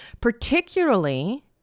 particularly